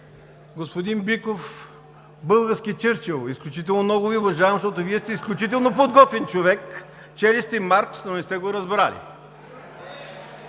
господин Биков, български Чърчил! Изключително много Ви уважавам, защото Вие сте изключително подготвен човек, чели сте Маркс, но не сте го разбрали.